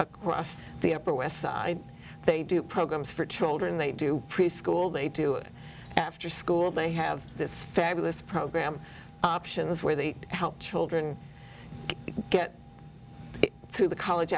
across the upper west side they do programs for children they do preschool they do it after school they have this fabulous program options where they help children get through the college